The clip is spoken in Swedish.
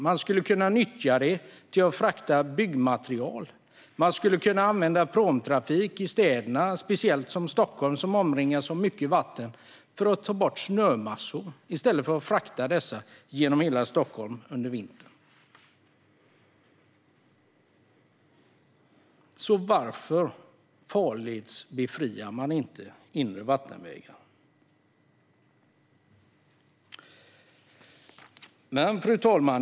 Man skulle kunna nyttja pråmtrafiken till att frakta byggmaterial. Man skulle kunna använda den i städerna, speciellt i Stockholm som omges av så mycket vatten, för att ta bort snömassor i stället för att frakta dessa genom hela städerna under vintern. Varför farledsbefriar man inte inre vattenvägar? Fru talman!